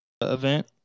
event